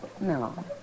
No